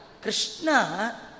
Krishna